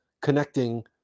connecting